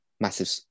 massive